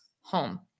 home